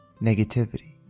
negativity